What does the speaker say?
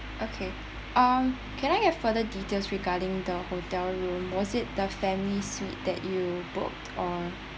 okay um can I get further details regarding the hotel room was it the family suite that you booked or